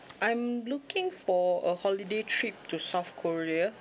I'm looking for a holiday trip to south korea